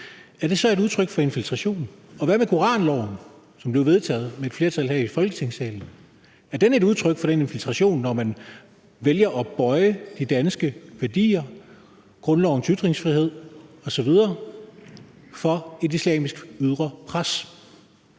er det så et udtryk for infiltration? Og hvad med koranloven, som blev vedtaget med et flertal her i Folketingssalen? Er den et udtryk for den infiltration, når man vælger at gradbøje de danske værdier, grundlovens ytringsfrihed osv. for et ydre islamisk pres?